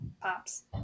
pops